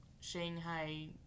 Shanghai